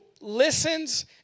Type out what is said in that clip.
listens